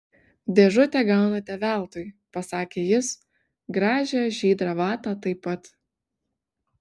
dėžutę gaunate veltui pasakė jis gražią žydrą vatą taip pat